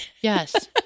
Yes